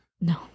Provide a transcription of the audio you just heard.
No